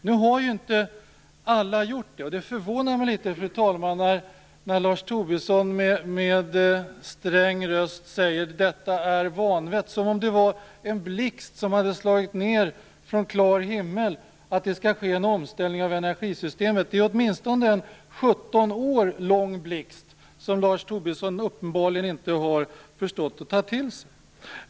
Nu har inte alla gjort det, och det förvånar mig något, fru talman, när Lars Tobisson med sträng röst säger att detta är vanvett - som om det hade slagit ned som en blixt från klar himmel att en omställning av energisystemet skall ske. Att det är en åtminstone 17 år lång blixt är något som Lars Tobisson uppenbarligen inte har förstått att ta till sig.